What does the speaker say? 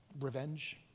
revenge